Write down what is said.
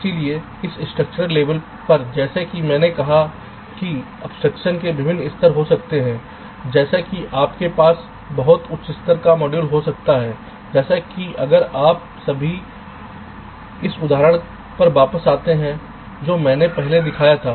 इसलिए इस स्ट्रक्चरल लेबल पर जैसा कि मैंने कहा कि अब्स्ट्रक्शन के विभिन्न स्तर हो सकते हैं जैसे कि आपके पास बहुत उच्च स्तर का मॉड्यूल हो सकता है जैसे कि अगर आप अभी इस उदाहरण पर वापस आते हैं जो मैंने पहले दिखाया था